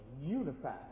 unified